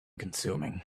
consuming